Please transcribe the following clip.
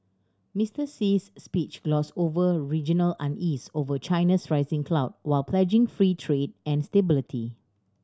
Mister Xi's speech glossed over regional unease over China's rising clout while pledging free trade and stability